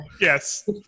Yes